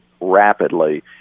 rapidly